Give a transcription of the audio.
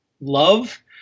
love